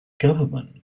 government